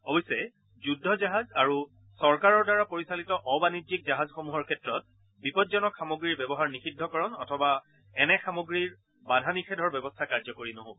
অৱশ্যে যুদ্ধজাহাজ আৰু চৰকাৰৰ দ্বাৰা পৰিচালিত অ বাণিজ্যিক জাহাজসমূহৰ ক্ষেত্ৰত বিপজ্জনক সামগ্ৰীৰ ব্যৱহাৰ নিষিদ্ধকৰণ অথবা এনে সামগ্ৰীৰ বাধা নিষেধৰ ব্যৱস্থা কাৰ্যকৰী নহ'ব